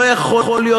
לא יכול להיות,